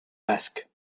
basque